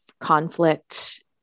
conflict